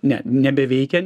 ne nebeveikia